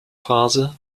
phase